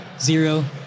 zero